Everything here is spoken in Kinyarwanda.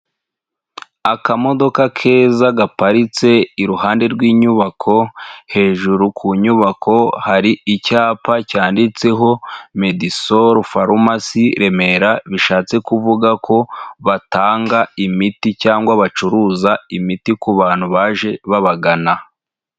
Akamodoka keza gaparitse iruhande rw'inyubako hejuru ku nyubako hari icyapa cyanditseho ''Medisoru farumasi Remera'', bishatse kuvuga ko batanga imiti cyangwa bacuruza imiti ku bantu baje babagana.